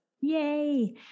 yay